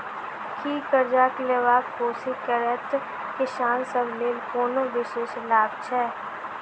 की करजा लेबाक कोशिश करैत किसान सब लेल कोनो विशेष लाभ छै?